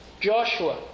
Joshua